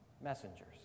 messengers